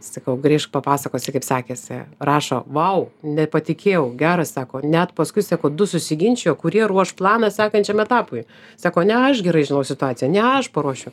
sakau grįžk papasakosi kaip sekėsi rašo vau nepatikėjau geras sako net paskui sako du susiginčijo kurie ruoš planą sekančiam etapui sako ne aš gerai žinau situaciją ne aš paruošiu